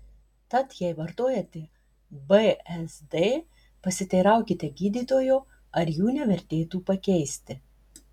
tad jei vartojate bzd pasiteiraukite gydytojo ar jų nevertėtų pakeisti